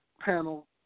panel